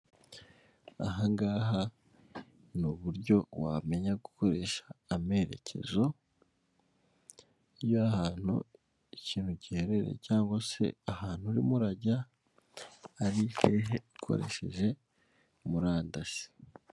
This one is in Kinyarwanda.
Aha ngaha ni uburyo wamenya gukoresha amerekezo y'ahantu ikintu giherereye cyangwa se ahantu urimo urajya ari hehe ukoresheje murandasi.